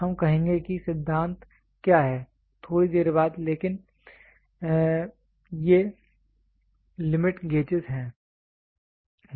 हम कहेंगे कि सिद्धांत क्या हैं थोड़ी देर बाद लेकिन ये लिमिट गेजेस हैं